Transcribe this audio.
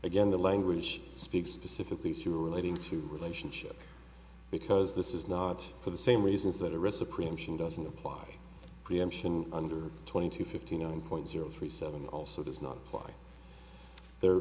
again the language speaks specifically to relating to relationship because this is not for the same reasons that a ressa preemption doesn't apply preemption under twenty two fifty nine point zero three seven also does not apply there